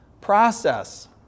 process